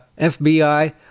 FBI